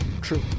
True